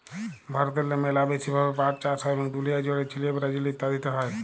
ভারতেল্লে ম্যালা ব্যাশি ভাবে পাট চাষ হ্যয় এবং দুলিয়া জ্যুড়ে চিলে, ব্রাজিল ইত্যাদিতে হ্যয়